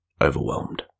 overwhelmed